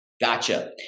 Gotcha